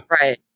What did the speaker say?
Right